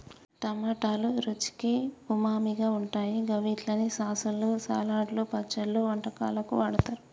టమాటోలు రుచికి ఉమామిగా ఉంటాయి గవిట్లని సాసులు, సలాడ్లు, పచ్చళ్లు, వంటలకు వాడుతరు